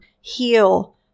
heal